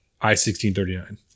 I-1639